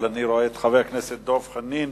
אבל אני רואה את חבר הכנסת דב חנין,